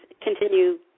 continue